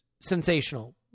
sensational